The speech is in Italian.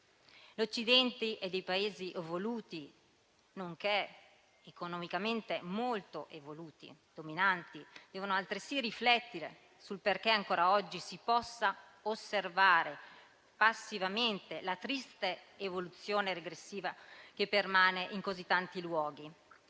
L'Occidente e i Paesi evoluti, economicamente molto evoluti e dominanti, devono altresì riflettere sul perché ancora oggi si possa osservare passivamente la triste evoluzione regressiva che permane in così tanti luoghi: